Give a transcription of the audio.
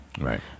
Right